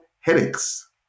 headaches